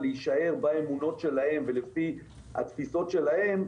להישאר באמונות שלהן ולפי התפיסות שלהן,